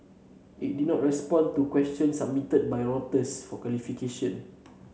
it did not respond to questions submitted by Reuters for clarification